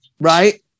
Right